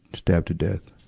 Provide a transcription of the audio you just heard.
stabbed to death.